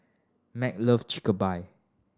Marc love